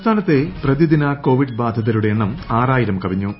സംസ്ഥാനത്തെ പ്രതിദിന കോവിഡ് ബാധിതരുടെ എണ്ണം ആറായിരം കവിഞ്ഞു